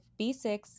B6